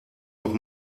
noch